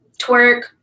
twerk